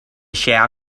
shower